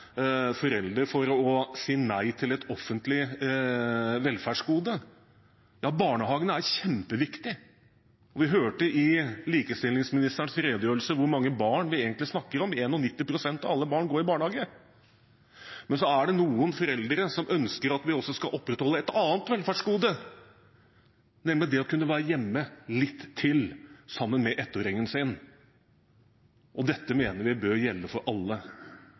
foreldre for å si nei til et offentlig velferdsgode. Ja, barnehagene er kjempeviktige. Vi hørte i likestillingsministerens redegjørelse hvor mange barn vi egentlig snakker om – 91 pst. av alle barn går i barnehage. Så er det noen foreldre som ønsker at vi også skal opprettholde et annet velferdsgode, nemlig det å kunne være hjemme litt til sammen med ettåringen sin. Dette mener vi bør gjelde for alle.